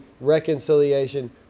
reconciliation